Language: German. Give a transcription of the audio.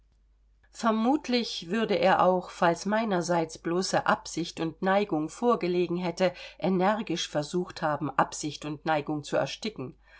vermutlich wurde er auch falls meinerseits bloße absicht und neigung vorgelegen hätte energisch versucht haben absicht und neigung zu ersticken